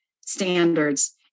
standards